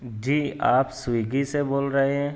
جی آپ سویگی سے بول رہے ہیں